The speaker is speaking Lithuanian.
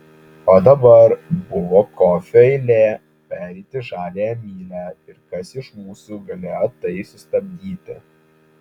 o dabar buvo kofio eilė pereiti žaliąja mylia ir kas iš mūsų galėjo tai sustabdyti